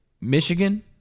Michigan